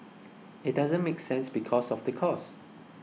it doesn't make sense because of the cost